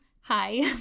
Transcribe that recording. hi